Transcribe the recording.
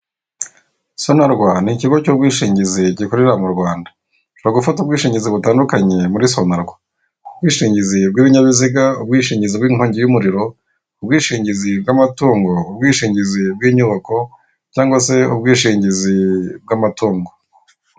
Sonarwa ni ikigo cy'ubwishingizi gikorera mu Rwanda ushobora ufata ubwishingizi butandukanye muri sonarwa ubwishingizi bw'ibinyabiziga, ubwishingizi bw'inkongi y'umuriro, ubwishingizi bw'amatungo, ubwishingizi bw'inyubako cyangwa se ubwishingizi bw'amatungo.